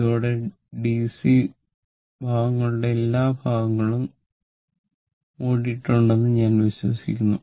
ഇതോടെ ഡിസി ഭാഗങ്ങളുടെ എല്ലാ ഭാഗങ്ങളും മൂടിയിട്ടുണ്ടെന്ന് ഞാൻ വിശ്വസിക്കുന്നു